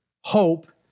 Hope